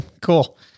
cool